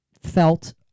felt